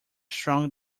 strong